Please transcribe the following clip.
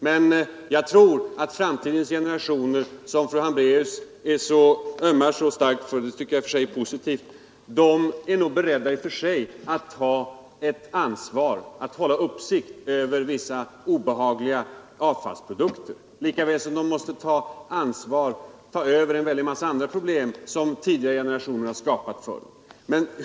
Men jag tror att framtidens generationer, som fru Hambraeus ömmar så starkt för — och det är i och för sig positivt —, är beredda att ta ett ansvar för att hålla uppsikt över vissa obehagliga avfallsprodukter, lika väl som de måste ta över andra problem som tidigare generationer har skapat.